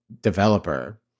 developer